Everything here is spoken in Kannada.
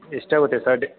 ಎಷ್ಟಾಗುತ್ತೆ ಸರ್ ಡಿ